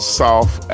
soft